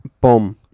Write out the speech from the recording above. Boom